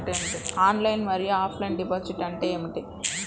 Online మరియు offline deposit అంటే ఏమిటి?